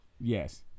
Yes